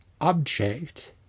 object